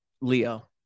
Leo